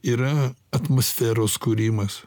yra atmosferos kūrimas